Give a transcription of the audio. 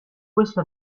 questo